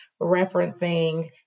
referencing